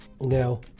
Now